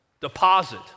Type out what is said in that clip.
deposit